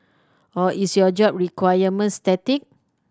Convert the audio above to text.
or is your job requirement static